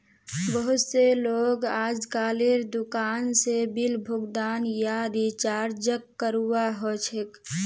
बहुत स लोग अजकालेर दुकान स बिल भुगतान या रीचार्जक करवा ह छेक